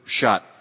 shot